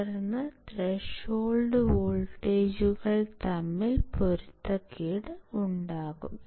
തുടർന്ന് ത്രെഷോൾഡ് വോൾട്ടേജുകൾ തമ്മിൽ പൊരുത്തക്കേട് ഉണ്ടാകും